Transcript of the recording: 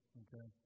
okay